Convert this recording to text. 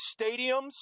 stadiums